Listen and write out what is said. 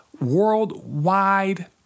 worldwide